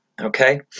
okay